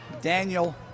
Daniel